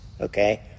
okay